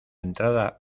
entrada